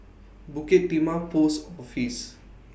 Bukit Timah Post Office